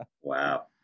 Wow